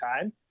time